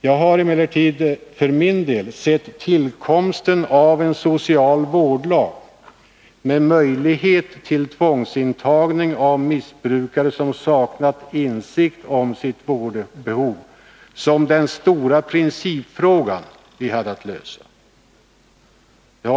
Jag har emellertid sett tillkomsten av en social vårdlag med möjlighet till tvångsintagning av missbrukare som saknar insikt om sitt vårdbehov som den stora principfrågan.